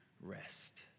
rest